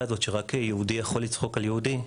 הזאת שרק יהודי יכול לצחוק על יהודי,